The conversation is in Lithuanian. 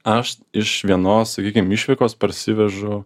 aš iš vienos sakykim išvykos parsivežu